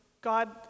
God